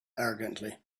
arrogantly